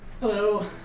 Hello